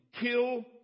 kill